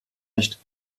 nicht